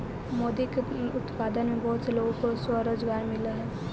मोती के उत्पादन में बहुत से लोगों को स्वरोजगार मिलअ हई